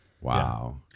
Wow